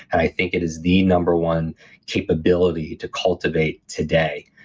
and i think it is the number one capability to cultivate today,